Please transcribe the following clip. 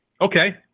Okay